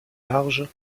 large